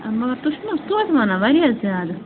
مگر تُہۍ چھُو نہ حظ توتہِ وَنان واریاہ زیادٕ